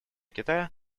китая